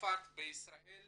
מצרפת בישראל